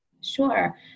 Sure